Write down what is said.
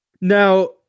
Now